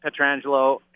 Petrangelo